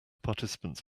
participants